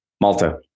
malta